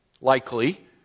likely